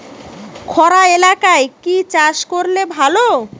খরা এলাকায় কি চাষ করলে ভালো?